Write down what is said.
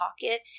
pocket